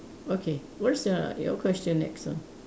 okay what is your your question next ah